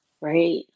right